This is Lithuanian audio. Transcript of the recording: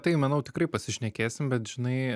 taip manau tikrai pasišnekėsim bet žinai